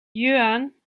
yuan